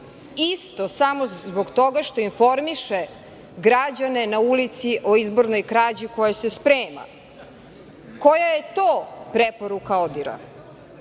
isto samo zbog toga što informiše građane na ulici o izbornoj krađi koja se sprema? Koja je to preporuka